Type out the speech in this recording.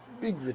big